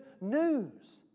news